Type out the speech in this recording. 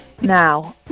now